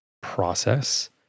process